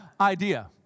idea